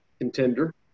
contender